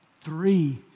three